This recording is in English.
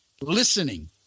listening